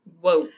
Whoa